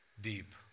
deep